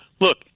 look